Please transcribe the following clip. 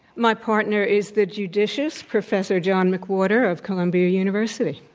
my partner is the judicious professor john mcwhorter of columbia university.